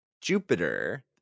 Jupiter